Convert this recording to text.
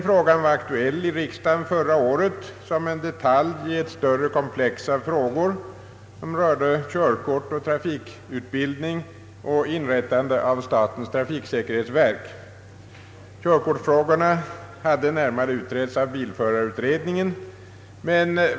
Frågan var aktuell i riksdagen förra året som en detalj i ett större komplex av frågor som rörde körkort och trafikutbildning samt inrättande av statens trafiksäkerhetsverk. Körkortsfrågorna hade närmare utretts av bilförarutredningen.